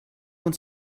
uns